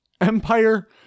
Empire